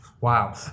Wow